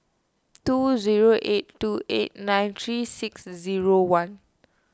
two zero eight two eight nine three six zero one